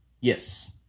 Yes